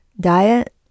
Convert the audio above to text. diet